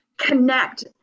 connect